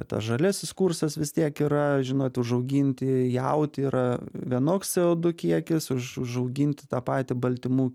tas žaliasis kursas vis tiek yra žinot užauginti jautį yra vienoks co du kiekis už užauginti tą patį baltymų